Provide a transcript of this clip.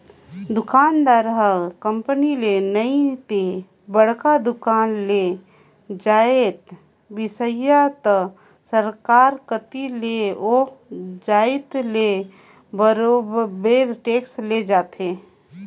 दुकानदार ह कंपनी ले नइ ते बड़का दुकान ले जाएत बिसइस त सरकार कती ले ओ जाएत ले बरोबेर टेक्स ले जाथे